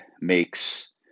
makes